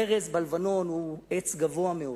ארז לבנון הוא עץ גבוה מאוד,